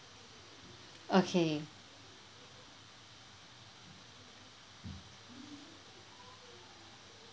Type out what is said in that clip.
okay